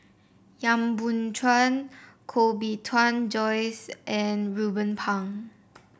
Yap Boon Chuan Koh Bee Tuan Joyce and Ruben Pang